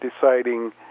deciding